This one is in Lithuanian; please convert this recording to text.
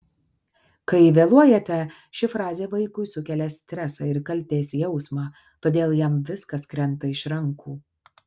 kai vėluojate ši frazė vaikui sukelia stresą ir kaltės jausmą todėl jam viskas krenta iš rankų